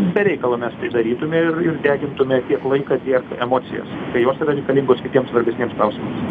be reikalo mes tai darytume ir ir degintume tiek laiką tiek emocijas kai jos yra reikalingos kitiems svarbesniems klausimams